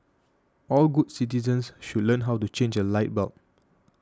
all good citizens should learn how to change a light bulb